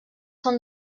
són